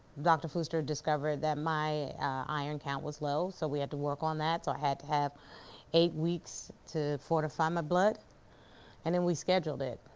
dr. fuster discovered that my iron count was low so we had to work on that. so i had to have eight weeks to fortify my blood and then we scheduled it